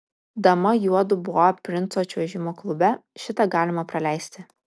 dama juodu boa princo čiuožimo klube šitą galima praleisti